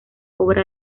obra